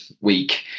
week